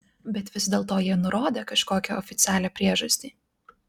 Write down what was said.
bet vis dėlto jie nurodė kažkokią oficialią priežastį